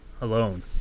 alone